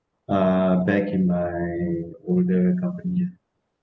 uh back in my older companies